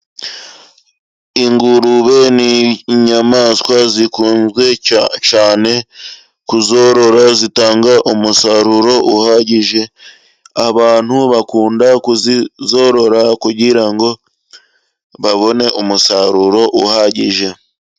Ingurube n'inyamaswa zikunzwe cyane, kuzorora zitanga umusaruro uhagije abantu bakunda kuzorora, kugira ngo babone umusaruro uhagije.